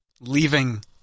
leaving